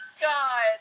God